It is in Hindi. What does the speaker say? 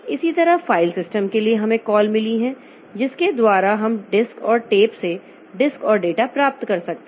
इसी तरह फ़ाइल सिस्टम के लिए हमें कॉल मिली हैं जिसके द्वारा हम डिस्क और टेप से डिस्क और डेटा प्राप्त कर सकते हैं